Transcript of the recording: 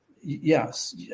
yes